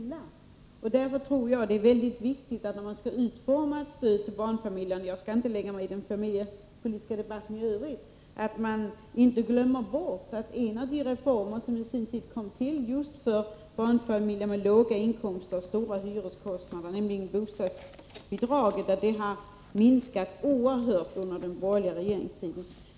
Jag skall inte lägga mig i den familjepolitiska debatten i övrigt, men när man skall utforma stödet till barnfamiljerna är det väsentligt att man inte glömmer bort att en av de reformer som på sin tid kom till just för barnfamiljer med låga inkomster och stora hyreskostnader, nämligen bostadsbidraget, har minskat oerhört under den borgerliga regeringstiden.